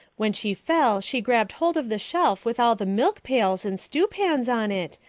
when she fell she grabbed hold of the shelf with all the milk pails and stewpans on it,